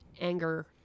anger